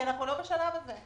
אנחנו לא בשלב הזה.